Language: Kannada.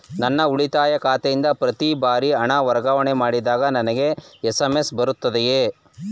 ನನ್ನ ಉಳಿತಾಯ ಖಾತೆಯಿಂದ ಪ್ರತಿ ಬಾರಿ ಹಣ ವರ್ಗಾವಣೆ ಮಾಡಿದಾಗ ನನಗೆ ಎಸ್.ಎಂ.ಎಸ್ ಬರುತ್ತದೆಯೇ?